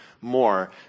more